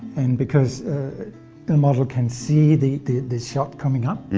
and because the model can see the the shot coming up,